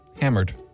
hammered